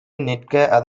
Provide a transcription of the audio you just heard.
நிற்க